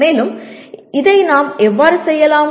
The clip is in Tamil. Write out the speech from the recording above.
மேலும் இதை நாம் எவ்வாறு செய்யலாம்